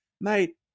Mate